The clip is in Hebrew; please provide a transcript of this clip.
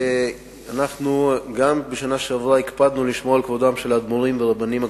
גם בשנה שעברה הקפדנו לשמור על כבודם של האדמו"רים והרבנים הגדולים.